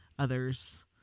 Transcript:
others